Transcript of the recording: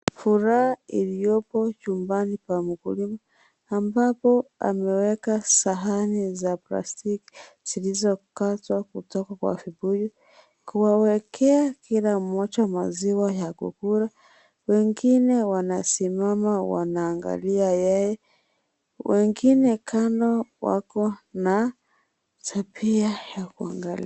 Furaha iliyopo jumbani pa mkulima ambapo ameweka sahani za plastiki zilizokatwa kutoka kwa vibuyu kuwekea kila mmoja maziwa ya kukula wengine wanasimama wanaangalia yeye, wengine kando wako na tabia ya kuangalia.